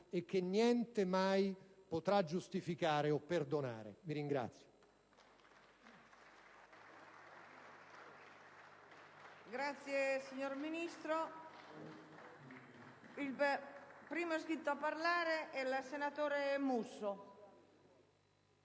e che niente mai potrà giustificare o perdonare. *(Applausi